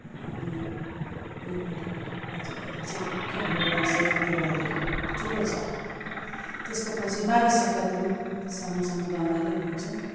हाम्रो ने नेपाली दाजुभाइले चाहिँ मूख्य हाम्रो दसैँ दिवाली ठुलो चाड त्यसको पछि माघे संक्रान्ति पनि सानो सानो रमाइलै हुन्छ